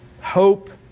Hope